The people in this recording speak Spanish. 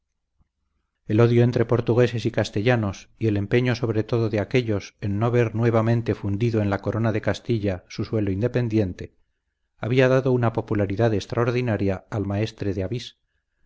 el odio entre portugueses y castellanos y el empeño sobre todo de aquéllos en no ver nuevamente fundido en la corona de castilla su suelo independiente había dado una popularidad extraordinaria al maestre de avís